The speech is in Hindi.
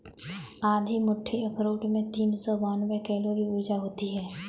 आधी मुट्ठी अखरोट में तीन सौ बानवे कैलोरी ऊर्जा होती हैं